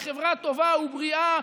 לחברה טובה ובריאה,